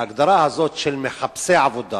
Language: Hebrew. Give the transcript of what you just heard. ההגדרה הזאת של מחפשי עבודה